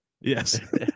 yes